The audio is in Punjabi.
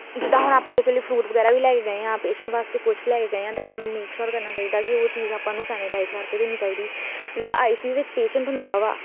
ਜਿੱਦਾਂ ਹੁਣ ਆਪਾਂ ਕਿਸੇ ਲਈ ਫਰੂਟ ਵਗੈਰਾ ਵੀ ਲੈ ਕੇ ਗਏ ਹਾਂ ਪੇਸ਼ੈਂਟ ਵਾਸਤੇ ਕੁਛ ਲੈ ਕੇ ਗਏ ਹਾਂ ਅਤੇ ਆਪਾਂ ਨੂੰ ਮੇਕ ਸ਼ੋਰ ਕਰਨਾ ਚਾਹੀਦਾ ਕਿ ਉਹ ਚੀਜ਼ ਆਪਾਂ ਨੂੰ ਸੈਨੀਟਾਈਜ਼ ਕਰਕੇ ਦੇਣੀ ਚਾਹੀਦੀ ਜਿੱਦਾਂ ਆਈ ਸੀ ਯੂ ਵਿੱਚ ਪੇਸ਼ੈਂਟ ਹੁੰਦਾ ਵਾ